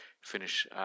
finish